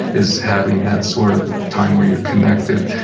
is having that sort of time where you're connected,